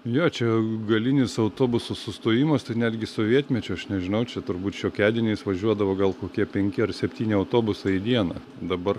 jo čia galinis autobuso sustojimas tai netgi sovietmečiu aš nežinau čia turbūt šiokiadieniais važiuodavo gal kokie penki ar septyni autobusai į dieną dabar